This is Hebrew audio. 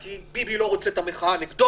כי ביבי לא רוצה את המחאה נגדו,